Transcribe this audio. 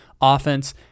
offense